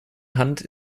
hand